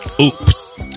Oops